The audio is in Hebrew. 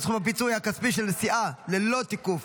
סכום הפיצוי הכספי בשל נסיעה ללא תיקוף